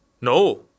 No